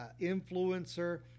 influencer